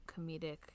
comedic